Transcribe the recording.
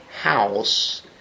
house